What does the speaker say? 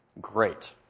great